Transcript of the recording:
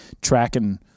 tracking